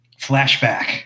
Flashback